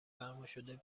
فرماشده